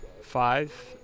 Five